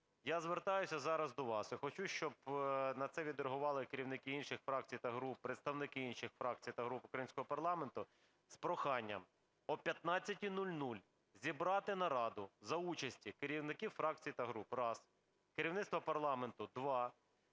я звертаюся зараз до вас, я хочу, щоб на це відреагували і керівники інших фракцій та груп, представники інших фракцій та груп українського парламенту, з проханням о 15:00 зібрати нараду за участі керівників фракцій та груп – раз, керівництва парламенту – два,